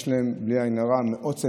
יש להם, בלי עין הרע, מאות צאצאים.